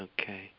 Okay